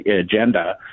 agenda